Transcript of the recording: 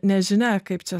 nežinia kaip čia